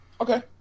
Okay